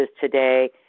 today